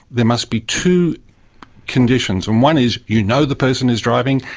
there must be two conditions, and one is you know the person is driving,